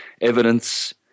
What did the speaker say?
evidence